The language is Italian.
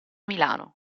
milano